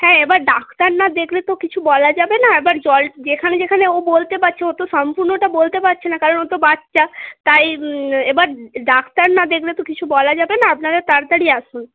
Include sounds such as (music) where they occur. হ্যাঁ এবার ডাক্তার না দেখলে তো কিছু বলা যাবে না এবার (unintelligible) যেখানে যেখানে ও বলতে পারছে ও তো সম্পূর্ণটা বলতে পারছে না কারণ ও তো বাচ্চা তাই এবার ডাক্তার না দেখলে তো কিছু বলা যাবে না আপনারা তাড়াতাড়ি আসুন